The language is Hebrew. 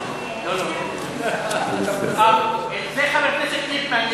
זה חבר הכנסת ליפמן,